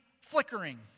flickering